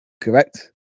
Correct